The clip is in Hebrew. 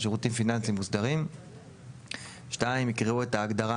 שירותים פיננסיים מוסדרים;"; (2) יקראו את ההגדרה